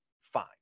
fine